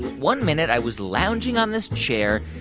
one minute, i was lounging on this chair,